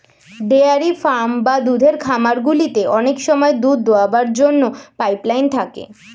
dairy farm বা দুধের খামারগুলিতে অনেক সময় দুধ দোয়াবার জন্য পাইপ লাইন থাকে